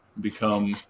become